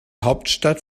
hauptstadt